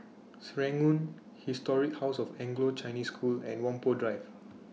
Serangoon Historic House of Anglo Chinese School and Whampoa Drive